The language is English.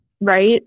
right